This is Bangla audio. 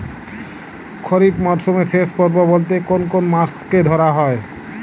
খরিপ মরসুমের শেষ পর্ব বলতে কোন কোন মাস কে ধরা হয়?